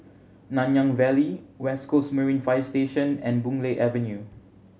Nanyang Valley West Coast Marine Fire Station and Boon Lay Avenue